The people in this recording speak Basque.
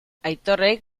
aitorrek